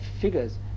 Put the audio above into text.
figures